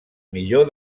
millor